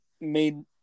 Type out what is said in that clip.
made